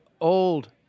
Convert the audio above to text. old